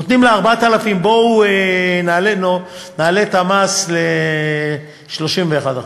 נותנים ל-4,000, בואו נעלה את המס ל-31%.